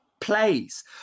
plays